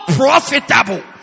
profitable